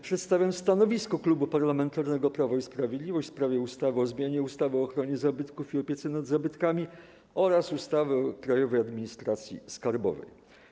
Przedstawiam stanowisko Klubu Parlamentarnego Prawo i Sprawiedliwość w sprawie projektu ustawy o zmianie ustawy o ochronie zabytków i opiece nad zabytkami oraz ustawy o Krajowej Administracji Skarbowej.